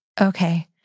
okay